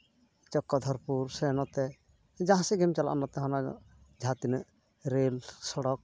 ᱪᱚᱠᱨᱚᱫᱷᱚᱨᱯᱩᱨ ᱥᱮ ᱱᱚᱛᱮ ᱡᱟᱦᱟᱥᱮᱫ ᱜᱮᱢ ᱪᱟᱞᱟᱜᱼᱟ ᱱᱚᱛᱮ ᱦᱚᱸ ᱡᱟᱦᱟᱸ ᱛᱤᱱᱟᱹᱜ ᱨᱮᱹᱞ ᱥᱚᱲᱚᱠ